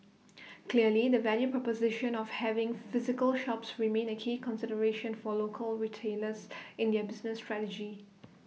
clearly the value proposition of having physical shops remains A key consideration for local retailers in their business strategy